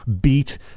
beat